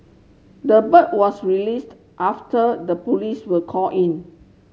the bird was released after the police were called in